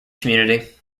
community